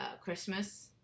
Christmas